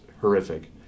horrific